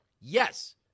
Yes